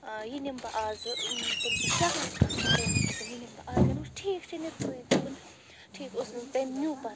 ٲں یہِ نِم بہٕ آزٕ ٲں مےٚ دوٚپُس ٹھیٖک چھُ نہِ ژٕے ٹھیٖک اوس تٔمۍ نیٛو پَتہٕ سُہ